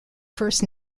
first